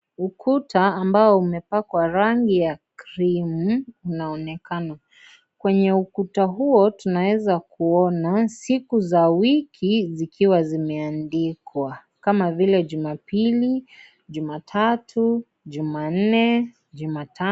Ukuta ambao umepakwa rangi ya creme unaonekana, kwenye ukuta huo tunaweza kuona siku za wiki zikiwa zimeandikwa kama vile, jumapii, jumatatu, jumanne, jumatano.